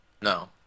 No